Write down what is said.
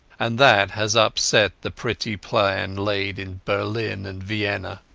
and that has upset the pretty plan laid in berlin and vienna.